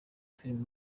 filime